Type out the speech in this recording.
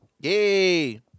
Yay